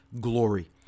glory